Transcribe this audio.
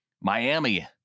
Miami